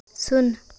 ᱥᱩᱱ